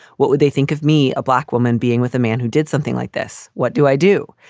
what would they think of me? a black woman being with a man who did something like this. what do i do?